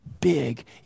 big